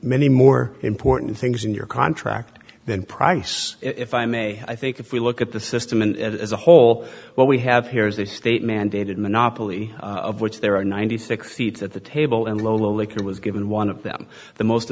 many more important things in your contract than price if i may i think if we look at the system and as a whole what we have here is a state mandated monopoly of which there are ninety six seats at the table and lolo liquor was given one of them the most